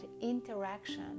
interaction